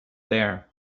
there